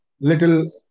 little